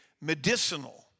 medicinal